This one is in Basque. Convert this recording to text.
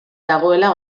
dagoela